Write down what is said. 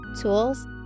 tools